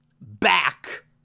back